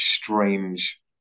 Strange